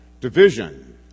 division